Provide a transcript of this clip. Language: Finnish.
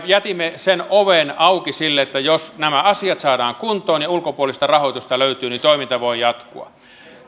jätimme oven auki sille että jos nämä asiat saadaan kuntoon ja ulkopuolista rahoitusta löytyy niin toiminta voi jatkua